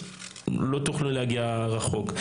לא תוכלו להגיע רחוק.